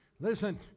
Listen